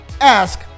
ask